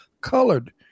colored